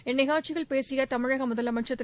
இந்நிகழ்ச்சியில் பேசிய தமிழக முதலமைச்சர் திரு